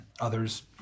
Others